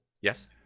Yes